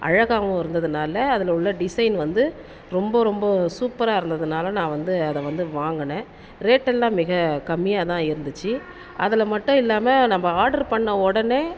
அழகாகவும் இருந்ததனால அதில் உள்ள டிசைன் வந்து ரொம்ப ரொம்ப சூப்பராக இருந்ததனால நான் வந்து அதை வந்து வாங்கினேன் ரேட்டெல்லாம் மிக கம்மியாக தான் இருந்துச்சு அதில் மட்டும் இல்லாமல் நம்ம ஆட்ரு பண்ண உடனே